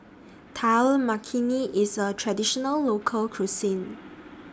Dal Makhani IS A Traditional Local Cuisine